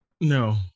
No